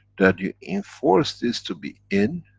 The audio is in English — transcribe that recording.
that you enforce this to be in,